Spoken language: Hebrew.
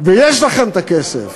ויש לכם הכסף.